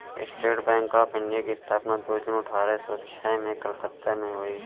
state Bank of India की स्थापना दो जून अठारह सो छह में कलकत्ता में हुई